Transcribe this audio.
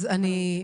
בסדר גמור.